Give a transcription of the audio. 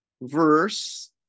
verse